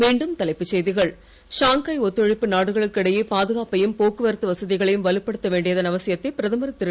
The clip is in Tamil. மீண்டும் தலைப்புச் செய்திகள் ஷாங்காய் ஒத்துழைப்பு நாடுகளுக்கிடையே பாதுகாப்பையும் போக்குவரத்து வசதிகளையும் வலுப்படுத்த வேண்டியதன் அவசியத்தை பிரதமர் திரு